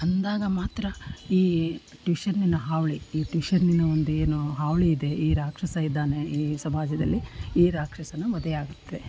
ಅಂದಾಗ ಮಾತ್ರ ಈ ಟ್ಯೂಷನ್ನಿನ ಹಾವಳಿ ಈ ಟ್ಯೂಷನ್ನಿನ ಒಂದು ಏನು ಹಾವಳಿ ಇದೆ ಈ ರಾಕ್ಷಸ ಇದ್ದಾನೆ ಈ ಸಮಾಜದಲ್ಲಿ ಈ ರಾಕ್ಷಸನ ವಧೆಯಾಗತ್ತೆ